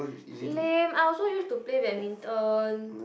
lame I also use to play badminton